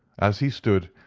as he stood,